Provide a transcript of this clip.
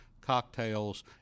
cocktails—